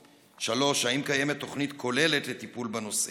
3. האם קיימת תוכנית כוללת לטיפול בנושא?